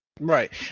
Right